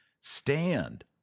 Stand